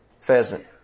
pheasant